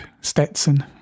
Stetson